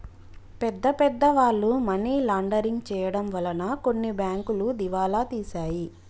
పెద్ద పెద్ద వాళ్ళు మనీ లాండరింగ్ చేయడం వలన కొన్ని బ్యాంకులు దివాలా తీశాయి